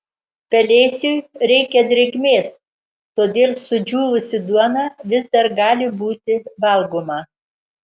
pelėsiui reikia drėgmės todėl sudžiūvusi duona vis dar gali būti valgoma